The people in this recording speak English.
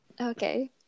Okay